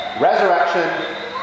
Resurrection